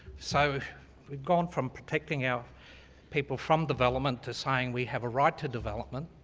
so we've gone from protecting our people from development, to saying we have a right to development.